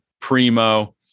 primo